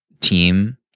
team